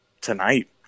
tonight